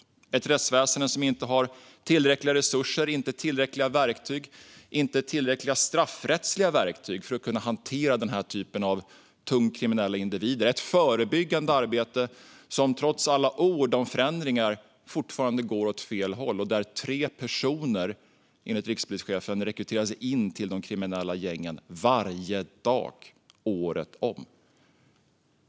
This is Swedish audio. Vi har ett rättsväsen som inte har tillräckliga resurser, inte tillräckliga verktyg och inte tillräckliga straffrättsliga verktyg för att kunna hantera den typen av tungt kriminella individer. Det handlar om ett förebyggande arbete som, trots alla ord om förändringar, fortfarande går åt fel håll. Enligt rikspolischefen rekryteras tre personer in till de kriminella gängen varje dag året om.